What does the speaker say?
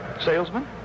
Salesman